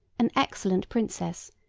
an excellent princess,